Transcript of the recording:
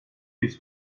yüz